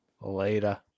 Later